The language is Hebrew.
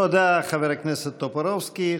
תודה, חבר הכנסת טופורובסקי.